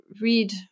read